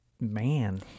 man